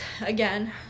again